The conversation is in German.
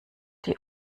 die